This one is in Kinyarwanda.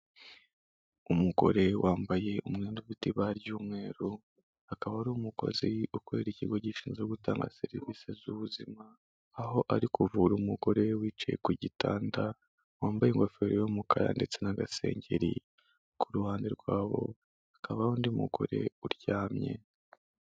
Umugore wambaye umwenda ufite ibara ry'umweru akaba ari umukozi ukorera ikigo gishinzwe gutanga serivisi z'ubuzima, aho ari kuvura umugore wicaye ku gitanda wambaye ingofero y'umukara ndetse na gasengeri, ku ruhande rwabo hakaba undi mugore uryamye.